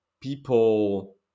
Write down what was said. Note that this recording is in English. people